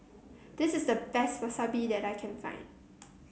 this is the best Wasabi that I can find